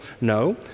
No